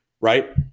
right